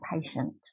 patient